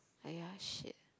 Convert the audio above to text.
!aiya! shit